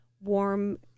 warm